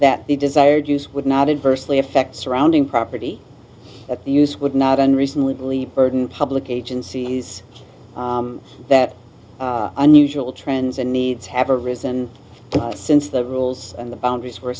the desired use would not adversely affect surrounding property at the use would not unreasonably burden public agencies that unusual trends and needs have arisen since the rules and the boundaries were